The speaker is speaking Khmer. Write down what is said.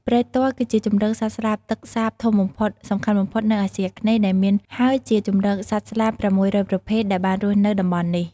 ព្រែកទាល់ គឺជាជម្រកសត្វស្លាបទឹកសាបធំបំផុតងសំខាន់បំផុតនៅអាស៊ីអាគ្នេយ៍ដែលមាន ហើយជាជម្រកសត្វស្លាប៦០០ប្រភេទដែលបានរស់នៅតំបន់នេះ។